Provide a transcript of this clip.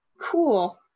Cool